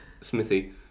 Smithy